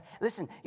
Listen